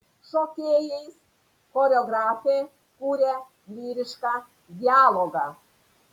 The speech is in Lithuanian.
šokėjais choreografė kuria lyrišką dialogą